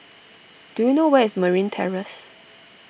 do you know where is Marine Terrace